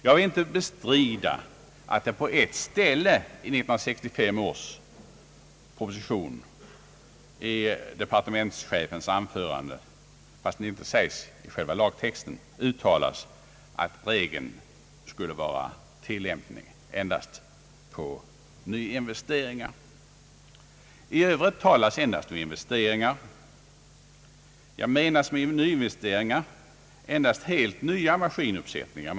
Jag vill inte bestrida att det på ett ställe i 1965 års proposition i departementschefens anförande uttalas att regeln skulle vara tillämplig endast på nyinvesteringar. I övrigt talas endast om investeringar. Man kan fråga: Menas med nyinvesteringar endast helt nya maskinuppsättningar?